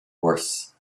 worse